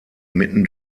mitten